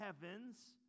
heavens